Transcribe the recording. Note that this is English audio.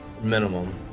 Minimum